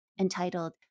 entitled